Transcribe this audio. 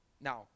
Now